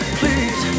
please